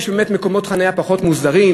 יש באמת מקומות חנייה פחות מוסדרים,